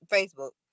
Facebook